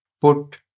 put